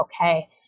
okay